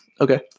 Okay